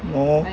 !huh!